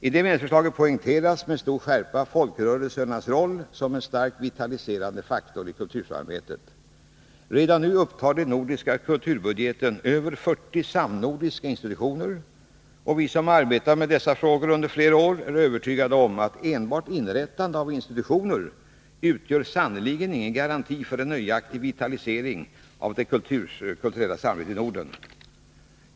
I detta medlemsförslag poängteras med stor skärpa folkrörelsernas roll som en starkt vitaliserande faktor i kultursamarbetet. Redan nu upptar den nordiska kulturbudgeten över 40 samnordiska institutioner. Vi som har arbetat med dessa frågor under flera år är övertygade om att enbart inrättandet av institutioner sannerligen inte utgör någon garanti för en nöjaktig vitalisering av det kulturella samarbetet i Norden.